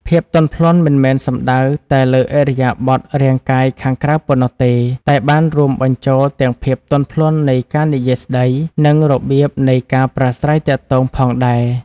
ភាពទន់ភ្លន់មិនមែនសំដៅតែលើឥរិយាបថរាងកាយខាងក្រៅប៉ុណ្ណោះទេ តែបានរួមបញ្ចូលទាំងភាពទន់ភ្លន់នៃការនិយាយស្ដី និងរបៀបនៃការប្រាស្រ័យទាក់ទងផងដែរ។